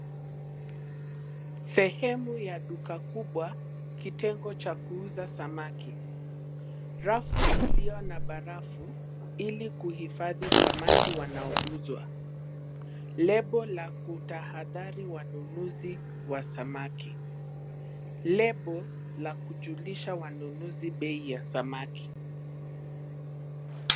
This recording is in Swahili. Sehemu ya duka kubwa, kitengo cha kuuza samaki. Rafu ilio na barafu ili kuhifadhi samaki wanaouzwa. Lebo la kutahadhari wanunuzi wa samaki . Lebo la kujulisha wanunuzi bei ya samaki.